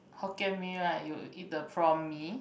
Hokkien Mee right you eat the Prawn Mee